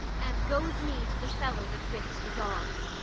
and goes me to the fellow that whips the dogs.